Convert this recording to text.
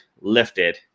lifted